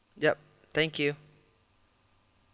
yup thank you